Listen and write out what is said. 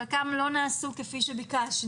חלקם לא נעשו כפי שביקשנו.